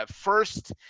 first